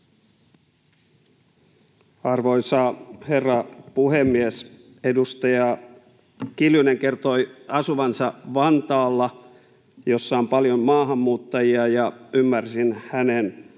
Arvoisa herra puhemies! Edustaja Kiljunen kertoi asuvansa Vantaalla, missä on paljon maahanmuuttajia, ja ymmärsin hänen ajattelevan